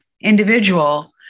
individual